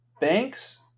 Banks